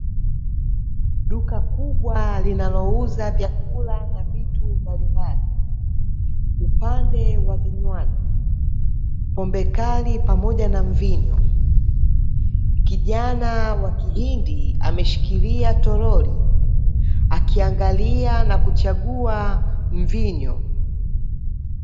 Duka kubwa linalouza vyakula na vitu mbalimbali. Upande wa vinywaji, pombe kali pamoja na mvinyo. Kijana wa kihindi ameshikilia toroli akiangalia na kuchagua mvinyo.